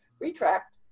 retract